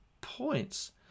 points